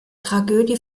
tragödie